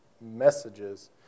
messages